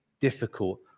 difficult